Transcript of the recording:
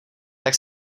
tak